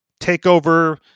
takeover